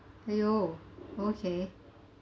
!aiyo! okay